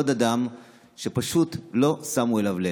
עוד אדם שפשוט לא שמו אליו לב.